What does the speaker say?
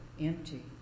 empty